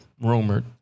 Rumored